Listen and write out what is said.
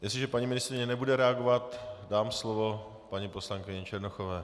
Jestliže paní ministryně nebude reagovat, dám slovo paní poslankyni Černochové.